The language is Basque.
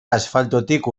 asfaltotik